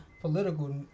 Political